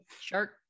shark